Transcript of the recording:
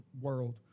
world